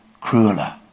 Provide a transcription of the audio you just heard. crueler